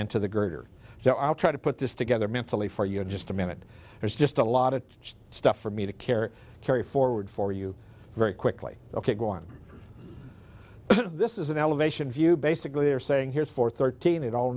into the greater now i'll try to put this together mentally for you in just a minute there's just a lot of stuff for me to care carry forward for you very quickly ok one of this is an elevation view basically they're saying here is for thirteen it all